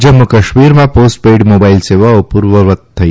જમ્મુકાશ્મીરમાં postpaid mobile સેવાઓ પૂર્વવત થઇ